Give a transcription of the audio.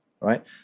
Right